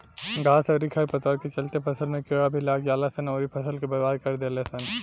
घास अउरी खर पतवार के चलते फसल में कीड़ा भी लाग जालसन अउरी फसल के बर्बाद कर देलसन